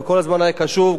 וכל הזמן היה קשוב,